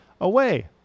away